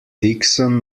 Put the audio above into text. dixon